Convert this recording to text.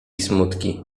smutki